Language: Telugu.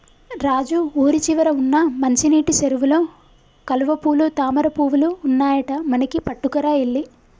రాజు ఊరి చివర వున్న మంచినీటి సెరువులో కలువపూలు తామరపువులు ఉన్నాయట మనకి పట్టుకురా ఎల్లి